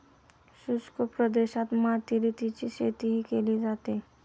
शुष्क प्रदेशात मातीरीची शेतीही केली जाते